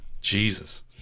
Jesus